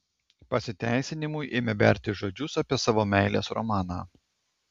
pasiteisinimui ėmė berti žodžius apie savo meilės romaną